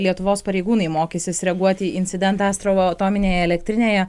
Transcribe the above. lietuvos pareigūnai mokysis reaguot į incidentą astravo atominėje elektrinėje